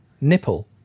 Nipple